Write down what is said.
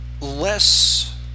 less